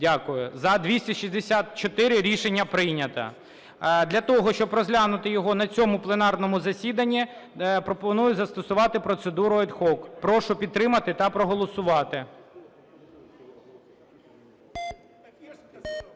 За – 264. Рішення прийнято. Для того, щоб розглянути його на цьому пленарному засіданні, пропоную застосувати процедуру ad hoc. Прошу підтримати та проголосувати.